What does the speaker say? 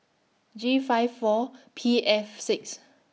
G five four P F six